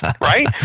right